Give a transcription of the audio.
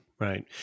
Right